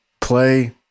play